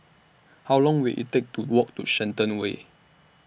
How Long Will IT Take to Walk to Shenton Way